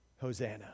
Hosanna